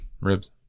Ribs